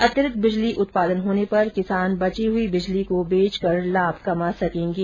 अतिरिक्त बिजली उत्पादन होने पर किसान बची हुई बिजली को बेच कर लाभ कमा सकेंगे